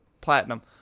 platinum